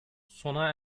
sona